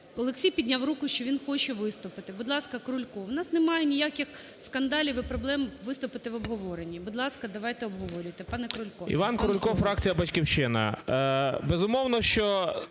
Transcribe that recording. Олексій підняв руку, що він хоче виступити. Будь ласка, Крулько. У нас немає ніяких скандалів і проблем виступити в обговоренні. Будь ласка, давайте обговорюйте. ПанеКрулько, вам слово.